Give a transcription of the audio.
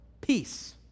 Peace